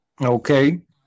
Okay